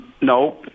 No